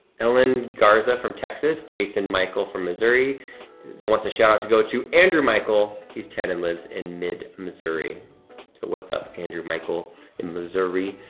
ellen garza from texas. jason michael from missouri wants a shout-out to go to andrew michael, he's ten and lives in mid-missouri. so what's up andrew michael in missouri?